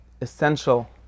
essential